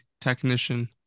technician